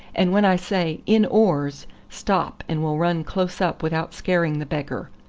and when i say in oars stop, and we'll run close up without scaring the beggar.